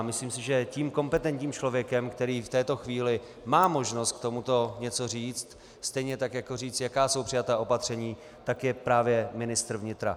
Myslím si, že tím kompetentním člověkem, který v této chvíli má možnost k tomuto něco říci, stejně tak jako říci, jaká jsou přijatá opatření, je právě ministr vnitra.